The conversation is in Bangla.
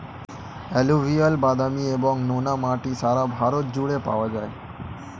অ্যালুভিয়াল, বাদামি এবং নোনা মাটি সারা ভারত জুড়ে পাওয়া যায়